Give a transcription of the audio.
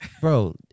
Bro